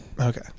Okay